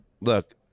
look